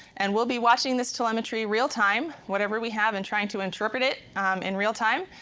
and we'll be watching this telemetry real time, whatever we have, and trying to interpret it in real time,